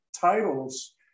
titles